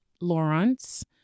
Lawrence